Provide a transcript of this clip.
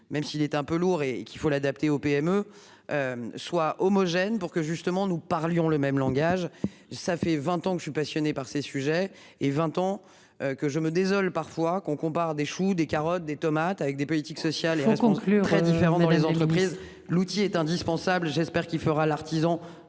même s'il est un peu lourd et qu'il faut l'adapter aux PME. Soit homogène pour que justement nous parlions le même langage. Ça fait 20 ans que je suis passionné par ces sujets, et 20 ans que je me désole parfois qu'on compare des choux, des carottes, des tomates avec des politiques sociales et conclut très différents dans les entreprises. L'outil est indispensable. J'espère qu'il fera l'artisan